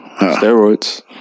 Steroids